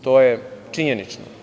To je činjenično.